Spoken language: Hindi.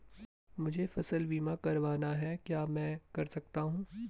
मुझे फसल बीमा करवाना है क्या मैं कर सकता हूँ?